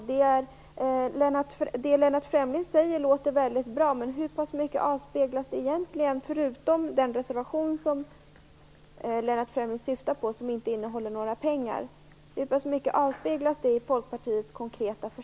Det Lennart Fremling säger låter väldigt bra, men hur pass mycket avspeglas det egentligen i Folkpartiets konkreta förslag, förutom den reservation som Lennart Fremling syftar på och som inte innehåller några pengar?